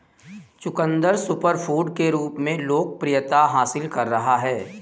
चुकंदर सुपरफूड के रूप में लोकप्रियता हासिल कर रहा है